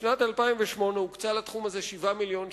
בשנת 2008 הוקצו לתחום הזה 7 מיליוני שקל,